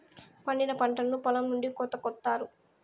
పండిన పంటను పొలం నుండి కోత కొత్తారు